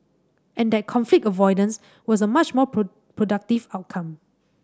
and that conflict avoidance was a much more productive outcome